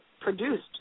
produced